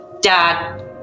Dad